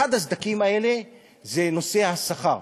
אחד הסדקים האלה הוא נושא השכר.